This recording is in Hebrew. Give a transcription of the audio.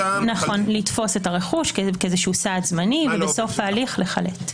לתפוס את הרכוש כסעד זמני ובסוף ההליך לחלט.